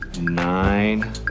nine